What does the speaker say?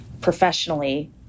professionally